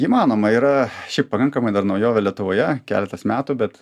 įmanoma yra šiaip pakankamai dar naujovė lietuvoje keletas metų bet